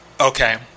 okay